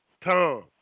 Tom